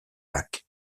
lacs